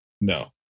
No